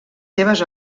seves